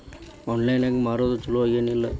Online ನಾಗ್ ಮಾರೋದು ಛಲೋ ಏನ್ ಇಲ್ಲ?